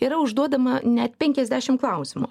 yra užduodama net penkiasdešim klausimų